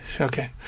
Okay